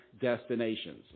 destinations